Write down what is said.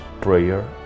prayer